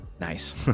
Nice